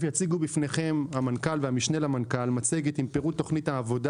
תכף יציגו בפניכם המנכ"ל והמשנה למנכ"ל מצגת עם פירוט תכנית העבודה,